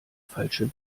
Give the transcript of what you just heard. falsche